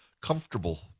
comfortable